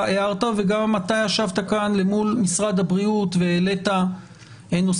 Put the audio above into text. הערת וגם אתה ישבת אל מול משרד הבריאות והעלית נושאים.